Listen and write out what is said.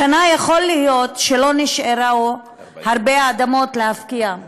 השנה יכול להיות שלא נשארו הרבה אדמות להפקיע.